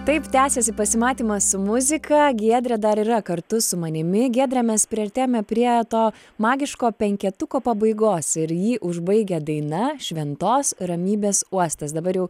taip tęsiasi pasimatymas su muzika giedrė dar yra kartu su manimi giedre mes priartėjome prie to magiško penketuko pabaigos ir jį užbaigia daina šventos ramybės uostas dabar jau